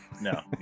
no